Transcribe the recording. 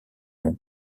mon